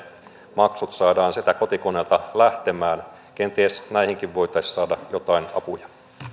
maksut saadaan sieltä kotikoneelta lähtemään kenties näihinkin voitaisiin saada joitain apuja